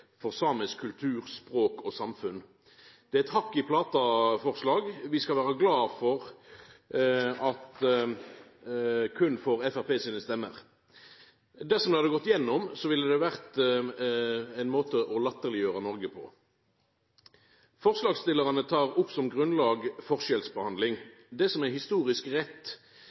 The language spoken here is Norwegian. for samisk kultur, språk og samfunn. Det er eit «hakk i plata»-forslag. Vi skal vera glade for at det berre får Framstegspartiet sine stemmer. Dersom det hadde gått gjennom, ville det ha vore ein måte å latterleggjera Noreg på. Forslagsstillarane tek opp som grunnlag forskjellsbehandling. Det som er historisk rett